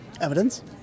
Evidence